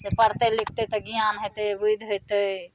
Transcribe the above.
से पढ़तै लिखतै तऽ ज्ञान हेतै बुधि हेतै